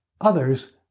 Others